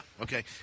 Okay